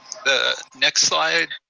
the next slide.